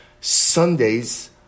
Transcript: Sundays